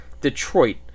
Detroit